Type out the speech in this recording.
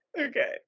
Okay